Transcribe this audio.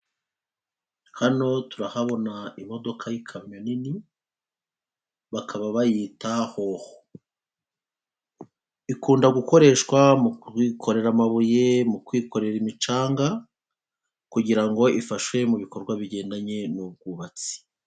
Hano turahabona imodoka y'ikamyo nini, bakaba bayita Hwohwo. Ikunda gukoreshwa mu kwikorera amabuye, mu kwikorera imicanga, kugira ngo ifashe mu bikorwa bigendanye n'ubwubatsi.